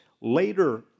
Later